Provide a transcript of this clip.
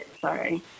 Sorry